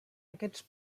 aquests